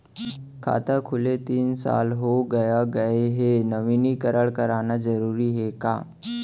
खाता खुले तीन साल हो गया गये हे नवीनीकरण कराना जरूरी हे का?